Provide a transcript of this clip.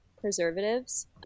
preservatives